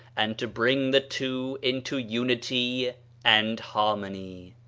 and to bring the two into unity and harmony.